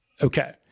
Okay